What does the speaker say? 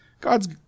God's